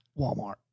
Walmart